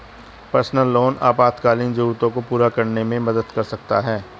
personal loan आपातकालीन जरूरतों को पूरा करने में मदद कर सकता है